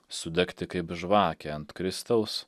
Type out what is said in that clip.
sudegti kaip žvakė ant kristaus